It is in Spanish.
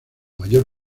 mayor